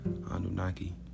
Anunnaki